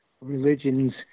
religions